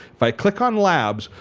if i click on labs,